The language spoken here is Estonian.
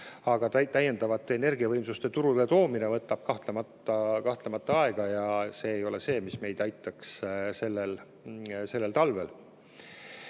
aga täiendavate energiavõimsuste turule toomine võtab aega ja see ei ole see, mis meid sellel talvel